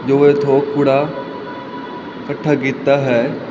ਜੋ ਇਹ ਥੋਕ ਕੂੜਾ ਇਕੱਠਾ ਕੀਤਾ ਹੈ